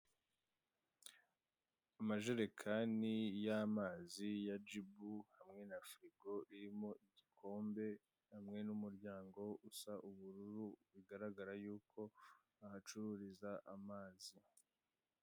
Amajerekani y'amazi yajibu hamwe na firigo irimo igikombe hamwe n'umuryango usa ubururu bigaragara yuko bahacururiza amazi.